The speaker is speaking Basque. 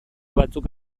batzuk